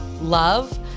love